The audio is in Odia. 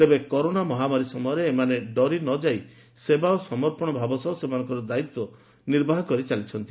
ତେବେ କରୋନା ମହାମାରୀ ସମୟରେ ଏମାନେ ଡରି ନଯାଇ ସେବା ଓ ସମର୍ପଶ ଭାବ ସହ ସେମାନଙ୍କ ଦାୟିତ୍ୱ ନିର୍ବାହ କରି ଚାଲିଛନ୍ତି